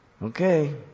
Okay